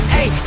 Hey